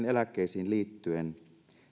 eläkkeisiin liittyen